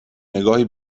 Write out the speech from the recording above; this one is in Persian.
نگاهی